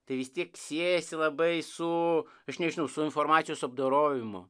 tai vis tiek siejasi labai su aš nežinau su informacijos apdorojimu